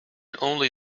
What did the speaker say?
only